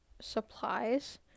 supplies